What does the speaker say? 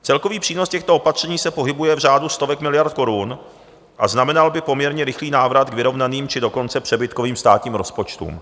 Celkový přínos těchto opatření se pohybuje v řádu stovek miliard korun a znamenal by poměrně rychlý návrat k vyrovnaným, či dokonce přebytkovým státním rozpočtům.